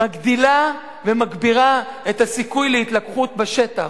מגדילה ומגבירה את הסיכוי להתלקחות בשטח.